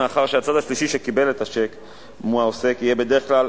מאחר שהצד השלישי שקיבל את הצ'ק מהעוסק יהיה בדרך כלל